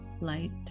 light